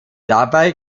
dabei